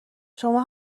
شما